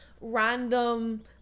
random